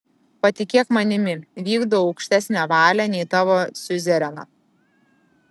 patikėk manimi vykdau aukštesnę valią nei tavo siuzereno